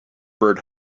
bird